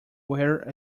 wear